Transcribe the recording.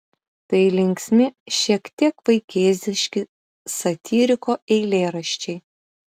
tai linksmi šiek tiek vaikėziški satyriko eilėraščiai